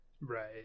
Right